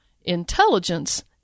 Intelligence